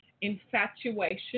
infatuation